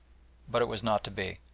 but it was not to be.